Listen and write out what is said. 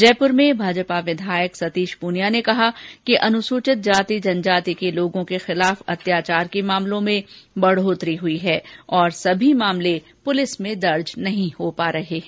जयपुर में भाजपा विधायक सतीश प्रनिया ने कहा कि अनुसूचित जाति जनजाति के लोगों के खिलाफ अत्याचार के मामलों में बढ़ोत्तरी हई है और सभी मामले पुलिस में दर्ज नहीं हो पा रहे हैं